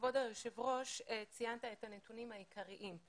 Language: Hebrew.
כבוד היושב ראש, ציינת את הנתונים העיקריים.